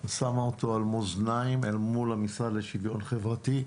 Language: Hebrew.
ושמה אותו על מאזניים אל מול המשרד לשוויון חברתי,